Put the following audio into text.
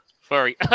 furry